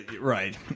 right